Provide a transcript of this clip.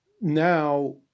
now